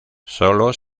solo